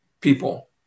people